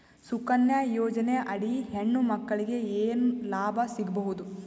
ಸುಕನ್ಯಾ ಯೋಜನೆ ಅಡಿ ಹೆಣ್ಣು ಮಕ್ಕಳಿಗೆ ಏನ ಲಾಭ ಸಿಗಬಹುದು?